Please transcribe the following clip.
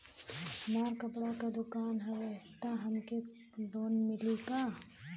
हमार कपड़ा क दुकान हउवे त हमके लोन मिली का?